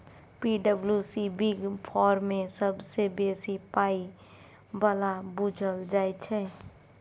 पी.डब्ल्यू.सी big four मे सबसँ बेसी पाइ बला बुझल जाइ छै